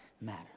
matter